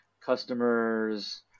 customers